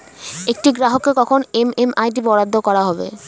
একটি গ্রাহককে কখন এম.এম.আই.ডি বরাদ্দ করা হবে?